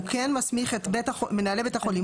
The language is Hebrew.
הוא כן מסמיך את מנהלי בתי החולים